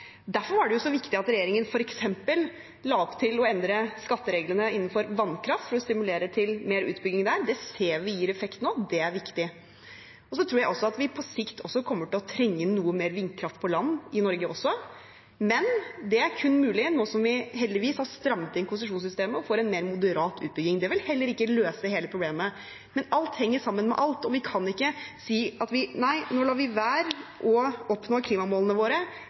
Derfor var det så viktig at regjeringen f.eks. la opp til å endre skattereglene innenfor vannkraft for å stimulere til mer utbygging der. Det ser vi gir effekt nå. Det er viktig. Så tror jeg at vi på sikt også kommer til å trenge noe mer vindkraft på land i Norge, men det er kun mulig nå som vi heldigvis har strammet inn konsesjonssystemet og får en mer moderat utbygging. Det vil heller ikke løse hele problemet, men alt henger sammen med alt, og vi kan ikke si: Nei, nå lar vi være å oppnå klimamålene våre,